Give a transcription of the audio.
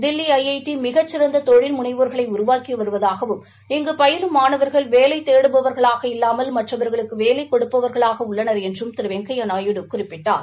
Delhi I I T மிகச் சிறந்த தொழில்முனைவோர்களை உருவாக்கி வருவதாகவும் இங்கு பயிலும் மானவர்கள் வேலை தேடுபவர்களாக இல்லாமல் மற்றவர்களுக்கு வேலை கொடுப்பவர்களாக உள்ளனர் என்றும் திரு வெங்கையா நாயுடு குறிப்பிட்டார்